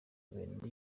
guverinoma